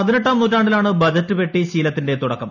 പതിനെട്ടാം നൂറ്റാണ്ടിലാണ് ബജറ്റ് പെട്ടി ശീലത്തിന്റെ തുടക്കം